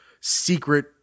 secret